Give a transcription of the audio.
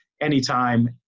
anytime